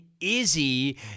Izzy